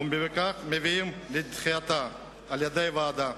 ובכך מביאים לדחייתה על-ידי הוועדה.